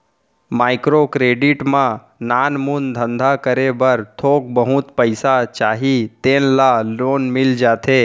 micro credit म नानमुन धंधा करे बर थोक बहुत पइसा चाही तेन ल लोन मिल जाथे